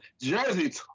Jersey